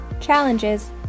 challenges